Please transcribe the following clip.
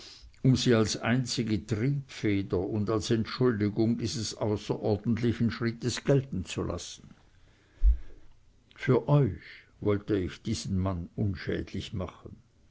um sie als einzige triebfeder und als entschuldigung dieses außerordentlichen schrittes gelten zu lassen für euch wollte ich diesen mann unschädlich machen